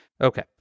Okay